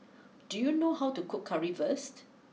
do you know how to cook Currywurst